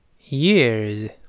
Years